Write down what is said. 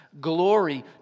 Glory